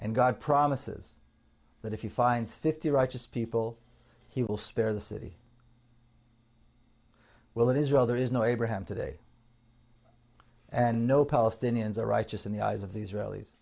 and god promises that if you finds fifty righteous people he will spare the city well that israel there is no abraham today and no palestinians are righteous in the eyes of the israelis